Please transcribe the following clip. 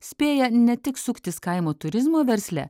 spėja ne tik suktis kaimo turizmo versle